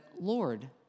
Lord